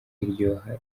iryoha